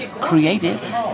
creative